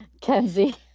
Kenzie